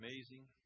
Amazing